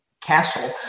castle